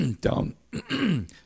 down